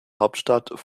hauptstadt